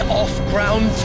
off-ground